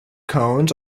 cones